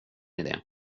idé